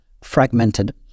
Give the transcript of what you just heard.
fragmented